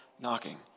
knocking